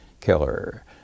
killer